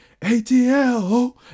ATL